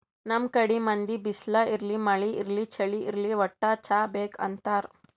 ನಮ್ ಕಡಿ ಮಂದಿ ಬಿಸ್ಲ್ ಇರ್ಲಿ ಮಳಿ ಇರ್ಲಿ ಚಳಿ ಇರ್ಲಿ ವಟ್ಟ್ ಚಾ ಬೇಕ್ ಅಂತಾರ್